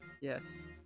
Yes